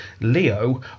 Leo